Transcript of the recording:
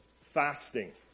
fasting